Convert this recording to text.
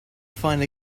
find